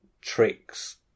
tricks